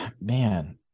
Man